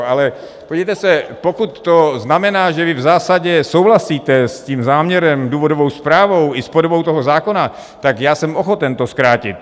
Ale podívejte se, pokud to znamená, že vy v zásadě souhlasíte s tím záměrem, důvodovou zprávou i s podobou toho zákona, tak já jsem ochoten to zkrátit.